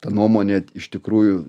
ta nuomonė iš tikrųjų